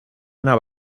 una